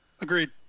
Agreed